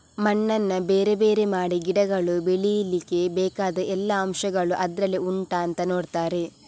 ಮಣ್ಣನ್ನ ಬೇರೆ ಬೇರೆ ಮಾಡಿ ಗಿಡಗಳು ಬೆಳೀಲಿಕ್ಕೆ ಬೇಕಾದ ಎಲ್ಲಾ ಅಂಶಗಳು ಅದ್ರಲ್ಲಿ ಉಂಟಾ ಅಂತ ನೋಡ್ತಾರೆ